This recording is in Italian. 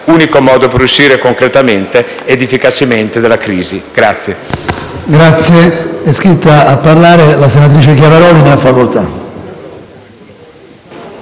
l'unico modo per uscire concretamente ed efficacemente dalla crisi.